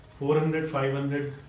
400-500